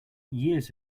years